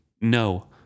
No